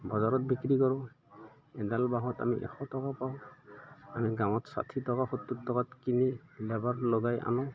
বজাৰত বিক্ৰী কৰোঁ এডাল বাঁহত আমি এশ টকা পাওঁ আমি গাঁৱত ষাঠি টকা সত্তৰ টকাত কিনি লেবাৰ লগাই আনোঁ